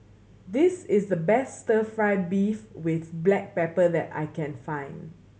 this is the best Stir Fry beef with black pepper that I can find